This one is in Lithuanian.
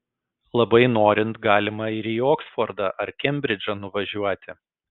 labai norint galima ir į oksfordą ar kembridžą nuvažiuoti